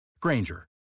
Granger